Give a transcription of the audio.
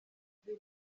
agira